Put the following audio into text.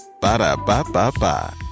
Ba-da-ba-ba-ba